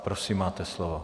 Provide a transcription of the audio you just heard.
Prosím, máte slovo.